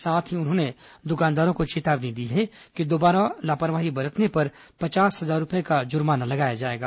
साथ ही उन्होंने दुकानदारों को चेतावनी दी है कि दोबारा लापरवाही बरतने पर पचास हजार रूपए का जुर्माना लगाया जाएगा